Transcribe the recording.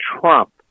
Trump